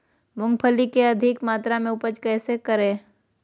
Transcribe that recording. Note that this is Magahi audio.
मूंगफली के अधिक मात्रा मे उपज कैसे करें?